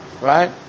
right